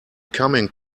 coming